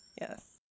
Yes